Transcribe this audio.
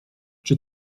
czy